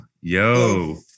yo